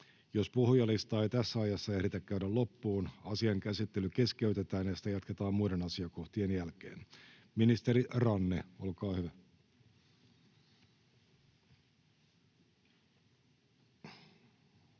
Jos puhujalistaa ei tässä ajassa ehditä käydä loppuun, asian käsittely keskeytetään ja sitä jatketaan muiden asiakohtien jälkeen. — Ministeri Grahn-Laasonen, olkaa hyvä.